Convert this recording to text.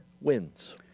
wins